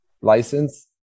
license